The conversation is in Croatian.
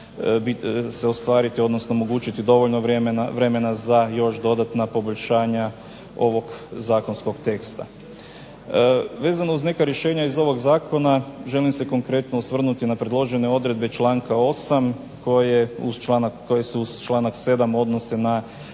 se ostvariti, omogućiti dovoljno vremena za još dodatna poboljšanja ovog Zakonskog teksta. Vezano uz neka rješenja iz ovog Zakona želim konkretno se osvrnuti na predložene odredbe članka 8. koje se uz članak 7. odnose na